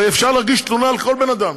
הרי אפשר להגיש תלונה על כל בן אדם,